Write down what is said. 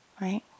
Right